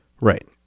Right